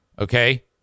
Okay